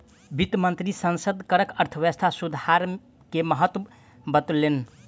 वित्त मंत्री संसद में करक अर्थव्यवस्था सुधार के महत्त्व बतौलैन